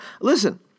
Listen